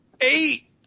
eight